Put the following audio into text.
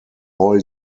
all